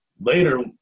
Later